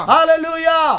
Hallelujah